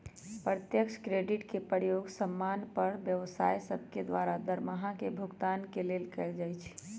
प्रत्यक्ष क्रेडिट के प्रयोग समान्य पर व्यवसाय सभके द्वारा दरमाहा के भुगतान के लेल कएल जाइ छइ